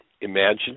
imagine